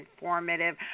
informative